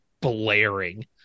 blaring